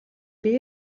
биеэ